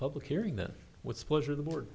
public hearing that would split or the board